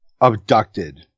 abducted